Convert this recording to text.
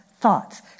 thoughts